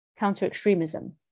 counter-extremism